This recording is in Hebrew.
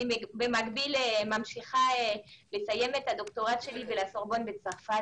במקביל אני ממשיכה לסיים את הדוקטורט שלי בסורבון בצרפת